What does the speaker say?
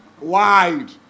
wide